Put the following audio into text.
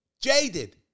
jaded